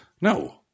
No